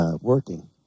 working